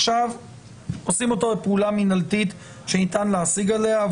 עכשיו עושים אותו בפעולה מינהלתית שניתן להשיג עליה,